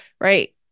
right